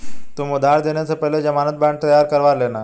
तुम उधार देने से पहले ज़मानत बॉन्ड तैयार करवा लेना